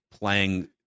playing